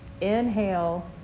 inhale